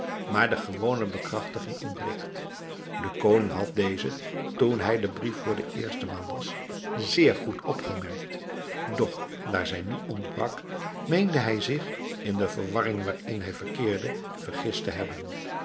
maar de gewone bekrachtiging ontbreekt de koning had deze toen hij den brief voor de eerste maal las zeer goed opgemerkt doch daar zij nu ontbrak meende hij zich in de verwarring waarin hij verkeerde vergist te hebben